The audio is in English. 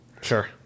sure